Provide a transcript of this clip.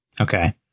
Okay